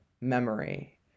memory